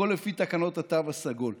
הכול לפי תקנות התו הסגול.